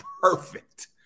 perfect